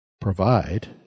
provide